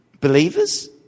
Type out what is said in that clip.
believers